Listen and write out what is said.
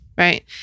right